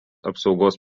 apsaugos